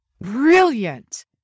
brilliant